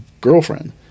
girlfriend